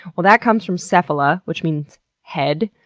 well, that comes from cephalo which means head,